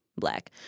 black